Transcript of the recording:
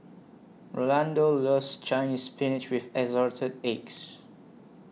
Rolando loves Chinese Spinach with Assorted Eggs